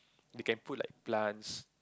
you can put like plants